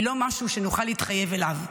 היא לא משהו שנוכל להתחייב אליו.